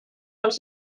pels